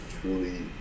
truly